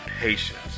patience